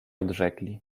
odrzekli